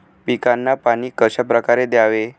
पिकांना पाणी कशाप्रकारे द्यावे?